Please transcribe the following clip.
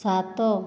ସାତ